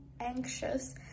anxious